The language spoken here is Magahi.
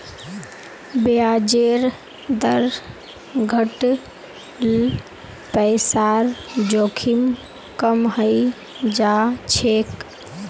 ब्याजेर दर घट ल पैसार जोखिम कम हइ जा छेक